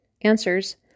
answers